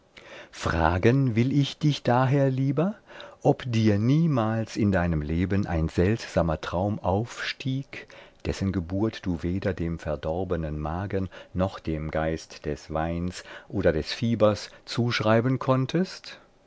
fragen will ich dich daher lieber ob dir niemals in deinem leben ein seltsamer traum aufstieg dessen geburt du weder dem verdorbenen magen noch dem geist des weins oder des fiebers zuschreiben konntest